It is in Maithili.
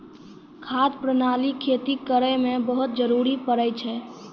खाद प्रणाली खेती करै म बहुत जरुरी पड़ै छै